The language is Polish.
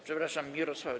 Przepraszam, Mirosława.